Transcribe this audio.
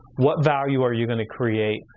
what value are you gonna create?